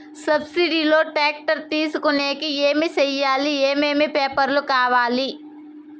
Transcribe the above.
Subsidy లో tractor తీసుకొనేకి ఏమి చేయాలి? ఏమేమి పేపర్లు కావాలి?